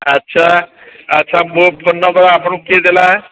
ଆଚ୍ଛା ଆଚ୍ଛା ମୋ ଫୋନ୍ ନମ୍ୱର୍ ଆପଣଙ୍କୁ କିଏ ଦେଲା